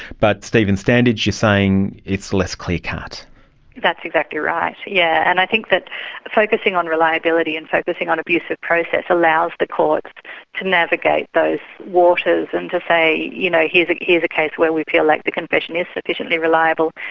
but stephen standage you're saying it's less clear cut that's exactly right, yes, yeah and i think that focusing on reliability and focusing on abuse of process allows the courts to navigate those waters and to say, you know, here's ah a case where we feel like the confession is sufficiently reliable,